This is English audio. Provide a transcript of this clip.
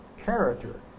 character